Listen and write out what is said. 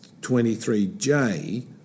23J